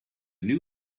new